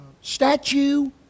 statue